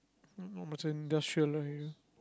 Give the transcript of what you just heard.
Mountbatten industrial area